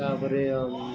ତା'ପରେ